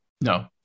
No